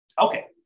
Okay